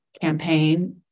campaign